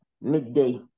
midday